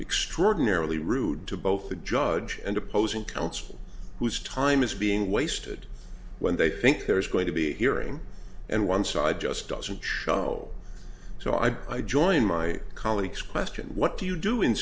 extraordinarily rude to both the judge and opposing coach whose time is being wasted when they think there's going to be a hearing and one side just doesn't show so i join my colleagues question what do you do in